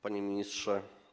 Panie Ministrze!